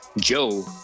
Joe